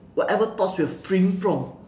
whatever thoughts you are freeing from